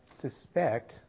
suspect